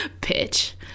Pitch